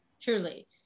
truly